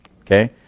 okay